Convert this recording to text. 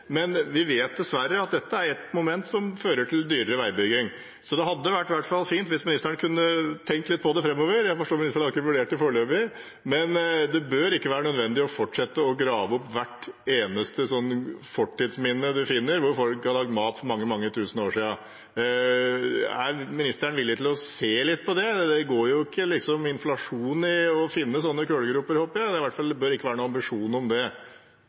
Vi vet dessverre at dette er et moment som fører til dyrere veibygging, så det hadde vært fint hvis ministeren i hvert fall kunne tenkt litt på det framover. Jeg forstår at ministeren ikke har vurdert det foreløpig. Men det bør ikke være nødvendig å fortsette å grave opp hvert eneste fortidsminne man finner der folk har lagd mat for mange, mange tusen år siden. Er ministeren villig til å se litt på det? Det går jo ikke inflasjon i å finne sånne kullgroper, håper jeg. Det bør i hvert fall ikke være noen ambisjon om det.